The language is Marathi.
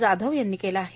जाधव यांनी केलं आहे